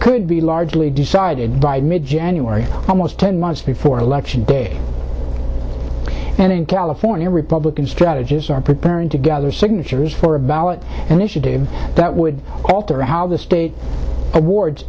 could be largely decided by mid january almost ten months before election day and in california republican strategists are preparing to gather signatures for a ballot initiative that would alter how the state awards it